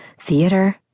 theater